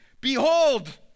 Behold